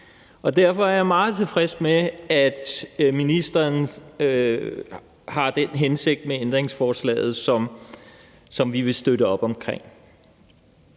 derfor er jeg meget tilfreds med, at ministeren har den hensigt med ændringsforslaget, som vi vil støtte op omkring.